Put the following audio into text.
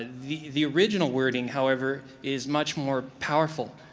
the the original wording, however, is much more powerful,